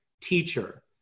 teacher